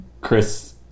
Chris